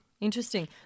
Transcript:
Interesting